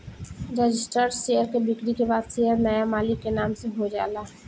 registered share के बिक्री के बाद शेयर नाया मालिक के नाम से हो जाला